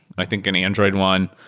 i think an android one,